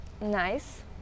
nice